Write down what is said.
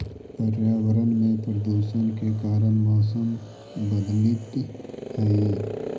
पर्यावरण में प्रदूषण के कारण मौसम बदलित हई